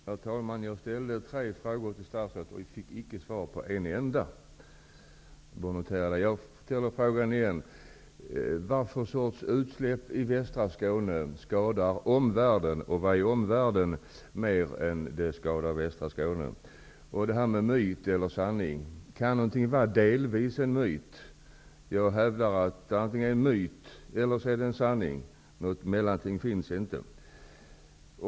Herr talman! Jag ställde tre frågor till statsrådet, men jag fick icke svar på en enda. Jag ställer mina frågor igen: Vilka utsläpp i västra Skåne skadar omvärlden mer än vad de skadar västra Skåne? Kan någonting vara ''delvis en myt''? Jag hävdar att det antingen är fråga om myt eller sanning. Något mellanting finns inte.